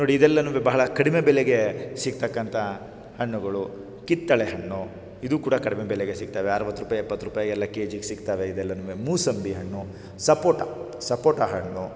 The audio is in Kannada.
ನೋಡಿ ಇದೆಲ್ಲನು ಬಹಳ ಕಡಿಮೆ ಬೆಲೆಗೆ ಸಿಗ್ತಕ್ಕಂಥ ಹಣ್ಣುಗಳು ಕಿತ್ತಳೆ ಹಣ್ಣು ಇದೂ ಕೂಡ ಕಡಿಮೆ ಬೆಲೆಗೆ ಸಿಗ್ತವೆ ಅರವತ್ತು ರೂಪಾಯಿ ಎಪ್ಪತ್ತು ರೂಪಾಯಿಗೆಲ್ಲ ಕೆಜಿಗೆ ಸಿಗ್ತಾವೆ ಇದೆಲ್ಲನು ಮೂಸಂಬಿ ಹಣ್ಣು ಸಪೋಟ ಸಪೋಟ ಹಣ್ಣು